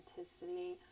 authenticity